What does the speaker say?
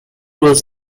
was